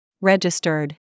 Registered